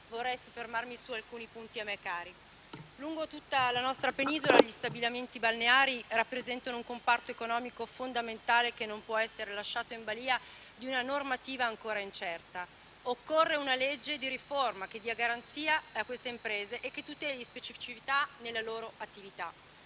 Vorrei soffermarmi su alcuni punti a me cari. Lungo tutta la nostra penisola gli stabilimenti balneari rappresentano un comparto economico fondamentale che non può essere lasciato in balia di una normativa ancora incerta. Occorre una legge di riforma che dia garanzia a queste imprese e che tuteli le specificità della loro attività.